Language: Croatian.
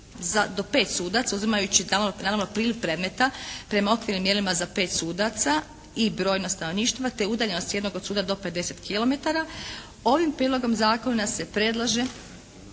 do pet sudaca uzimajući tamo naravno priliv predmeta prema okvirnim mjerama za pet sudaca i brojnost stanovništva, te udaljenost jednog od suda do 50 km. Ovim prijedlogom zakona se predlaže